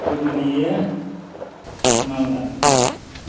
Purulia Malda